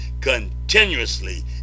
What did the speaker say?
continuously